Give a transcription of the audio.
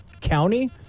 County